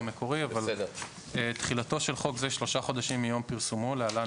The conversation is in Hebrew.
11. תחילתו של חוק זה שלושה חודשים מיום פרסומו (להלן,